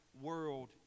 world